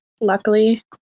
luckily